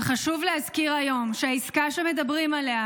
אבל חשוב להזכיר היום שהעסקה שמדברים עליה,